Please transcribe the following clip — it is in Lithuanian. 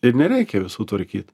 ir nereikia visų tvarkyti